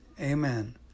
Amen